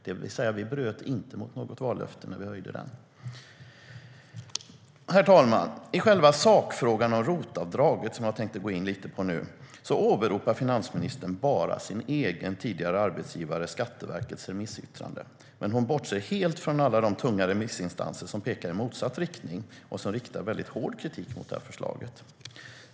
Vi bröt alltså inte mot något vallöfte när vi höjde den. Herr talman! I själva sakfrågan om ROT-avdraget, som jag tänkte gå in lite på nu, åberopar finansministern bara sin egen tidigare arbetsgivares, Skatteverkets, remissyttrande. Hon bortser helt från alla de tunga remissinstanser som pekar i motsatt riktning och riktar hård kritik mot förslaget.